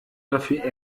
dafür